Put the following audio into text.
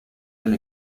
del